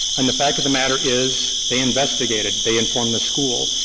and the fact of the matter is they investigated, they informed the school,